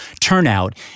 turnout